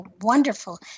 wonderful